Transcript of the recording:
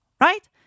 right